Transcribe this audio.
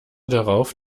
darauf